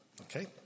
Okay